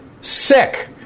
sick